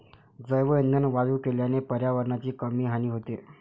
जैवइंधन वायू केल्याने पर्यावरणाची कमी हानी होते